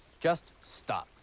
just stop.